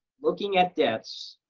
looking at deaths,